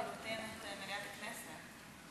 במליאת הכנסת,